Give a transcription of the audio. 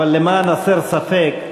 אבל למען הסר ספק: